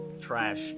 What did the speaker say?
Trash